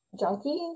junkie